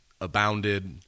abounded